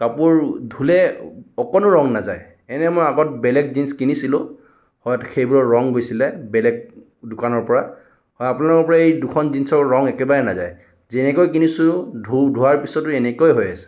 কাপোৰ ধুলে অকণো ৰং নাযায় এনে মই আগত বেলেগ জিনচ কিনিছিলোঁ হোৱাত সেইবোৰৰ ৰং গৈছিলে বেলেগ দোকানৰ পৰা হয় আপোনালোকৰ পৰা এই দুখন জিনচৰ ৰং একেবাৰে নাযায় যেনেকৈ কিনিছোঁ ধো ধোৱাৰ পিছতো এনেকুৱাই হৈ আছে